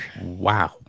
Wow